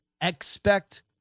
expect